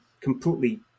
completely